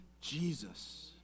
Jesus